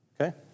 Okay